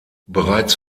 bereits